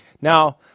Now